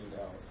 else